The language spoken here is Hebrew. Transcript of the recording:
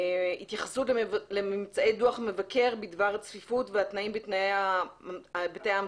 התייחסות לממצאי דוח מבקר בדבר צפיפות והתנאים בתאי ההמתנה.